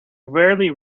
rarely